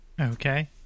Okay